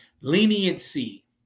leniency